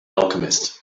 alchemist